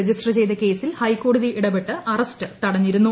register ചെയ്ത കേസിൽ ഹൈക്കോടതി ഇടപെട്ട് അറസ്റ്റ് തടഞ്ഞിരുന്നു